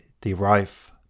derive